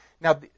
now